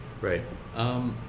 Right